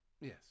Yes